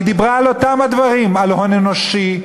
והיא דיברה על אותם הדברים: על הון אנושי,